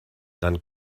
dann